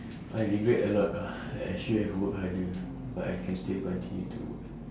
I regret a lot ah like I should have work harder but I can still continue to work